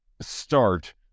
start